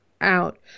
out